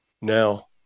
now